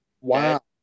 Wow